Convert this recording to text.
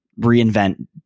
reinvent